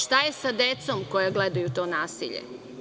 Šta je sa decom koja gledaju to nasilje.